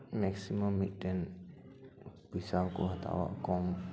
maximum ᱢᱤᱫᱴᱮᱱ ᱯᱚᱭᱥᱟ ᱠᱚ ᱦᱟᱛᱟᱣᱟ ᱠᱚᱢ